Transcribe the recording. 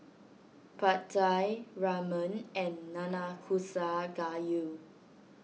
Pad Thai Ramen and Nanakusa Gayu